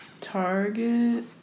Target